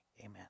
amen